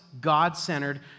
God-centered